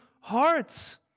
hearts